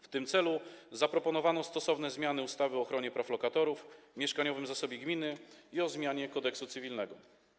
W tym celu zaproponowano stosowne zmiany ustawy o ochronie praw lokatorów, mieszkaniowym zasobie gminy i o zmianie Kodeksu cywilnego.